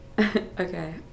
Okay